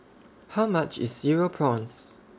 How much IS Cereal Prawns